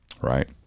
right